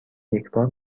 یکبار